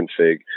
config